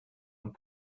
und